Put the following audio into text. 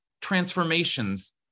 transformations